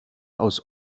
aus